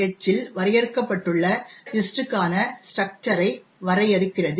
h இல் வரையறுக்கப்பட்டுள்ள லிஸஂடஂக்கான ஸஂடரகஂசரஂ ஐ வரையறுக்கிறது